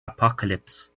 apocalypse